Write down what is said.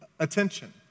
Attention